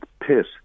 pit